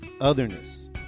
otherness